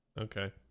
Okay